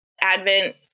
Advent